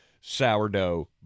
sourdough